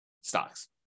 stocks